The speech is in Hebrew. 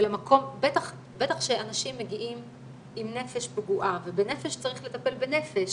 בטח כשאנשים מגיעים עם נפש פגועה ובנפש צריך לטפל בנפש.